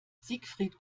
siegfried